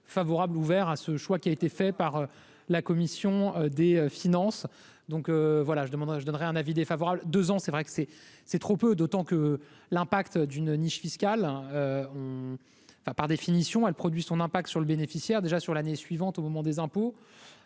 favorable, ouvert à ce choix qui a été fait par la commission des finances, donc voilà, je demanderai je donnerai un avis défavorable, 2 ans, c'est vrai que c'est, c'est trop peu, d'autant que l'impact d'une niche fiscale, enfin, par définition, elle produit son impact sur le bénéficiaire déjà sur l'année suivante au moment des impôts